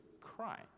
cry